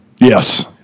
Yes